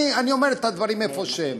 אני אומר את הדברים כמו שהם.